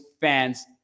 fans